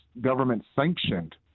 government-sanctioned